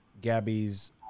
Gabby's